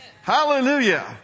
hallelujah